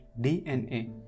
DNA